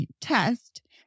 test